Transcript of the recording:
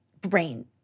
brain